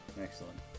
Excellent